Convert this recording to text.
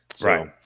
Right